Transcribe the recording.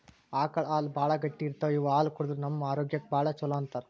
ಆಕಳ್ ಹಾಲ್ ಭಾಳ್ ಗಟ್ಟಿ ಇರ್ತವ್ ಇವ್ ಹಾಲ್ ಕುಡದ್ರ್ ನಮ್ ಆರೋಗ್ಯಕ್ಕ್ ಭಾಳ್ ಛಲೋ ಅಂತಾರ್